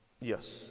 Yes